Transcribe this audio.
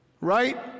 Right